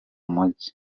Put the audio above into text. mujyi